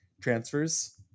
transfers